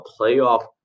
playoff